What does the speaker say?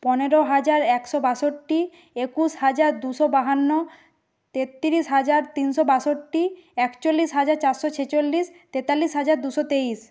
পনেরো হাজার একশো বাষট্টি একুশ হাজার দুশো বাহান্ন তেত্রিশ হাজার তিনশো বাষট্টি একচল্লিশ হাজার চারশো ছেচল্লিশ তেতাল্লিশ হাজার দুশো তেইশ